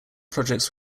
projects